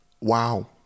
Wow